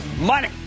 money